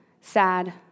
sad